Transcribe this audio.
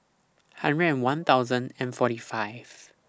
hundred and one thousand and forty five